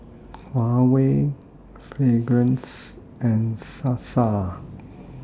Huawei Fragrance and Sasa